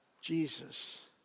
Jesus